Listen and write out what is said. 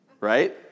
right